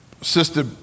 Sister